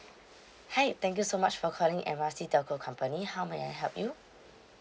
hi thank you so much for calling M R C telco company how may I help you